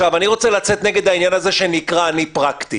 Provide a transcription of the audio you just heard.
אני רוצה לצאת נגד העניין הזה שנקרא אני פרקטי.